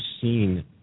seen